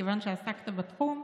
כיוון שעסקת בתחום,